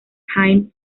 haydn